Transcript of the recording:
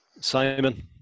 Simon